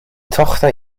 tochter